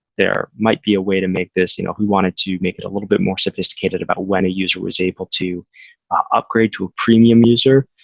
there might be a way to make this, you know we wanted to make it a little bit more sophisticated about when a user was able to upgrade to a premium user,